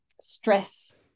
stress